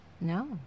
No